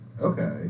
Okay